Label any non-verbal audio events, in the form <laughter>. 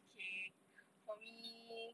okay <breath> for me